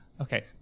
okay